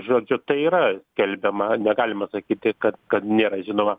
žodžiu tai yra skelbiama negalima sakyti kad kad nėra žinoma